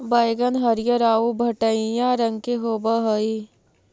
बइगन हरियर आउ भँटईआ रंग के होब हई